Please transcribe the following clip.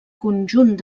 conjunt